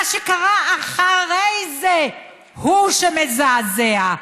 מה שקרה אחרי זה הוא שמזעזע.